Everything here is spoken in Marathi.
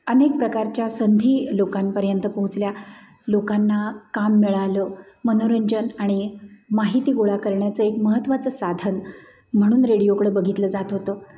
अनेक प्रकारच्या संधी लोकांपर्यंत पोहोचल्या लोकांना काम मिळालं मनोरंजन आणि माहिती गोळा करण्याचं एक महत्त्वाचं साधन म्हणून रेडिओकडे बघितलं जात होतं